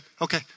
okay